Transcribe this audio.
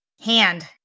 Hand